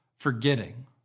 forgetting